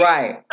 Right